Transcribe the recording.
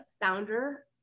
founder